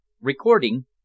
Recording